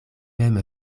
mem